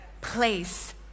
place